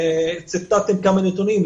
ציטטתם כמה נתונים,